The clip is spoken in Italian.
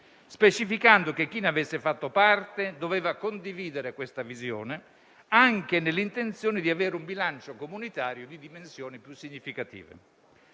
specificando che chi ne avesse fatto parte doveva condividere questa visione, anche nelle intenzioni di avere un bilancio comunitario di dimensioni più significative.